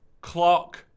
clock